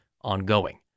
ongoing